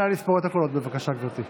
נא לספור את הקולות, בבקשה, גברתי.